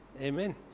Amen